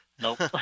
Nope